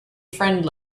friend